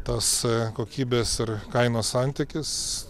tas kokybės ir kainos santykis